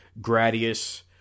Gradius